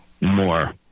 more